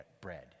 bread